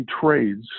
trades